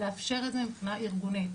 לאפשר את זה מבחינה ארגונית.